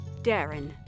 Darren